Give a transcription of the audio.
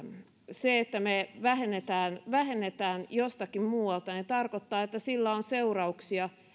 se että me vähennämme jostakin muualta tarkoittaa että sillä on seurauksia